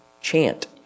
Chant